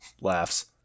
laughs